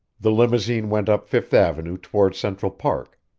the limousine went up fifth avenue toward central park,